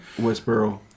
Westboro